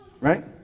right